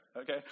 okay